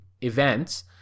events